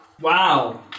Wow